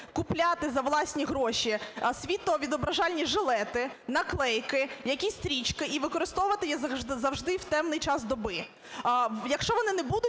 купляти за власні гроші світловідображальні жилети, наклейки, якісь стрічки і використовувати їх завжди в темний час доби. Якщо вони не будуть